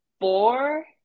four